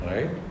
Right